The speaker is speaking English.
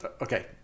okay